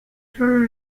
sólo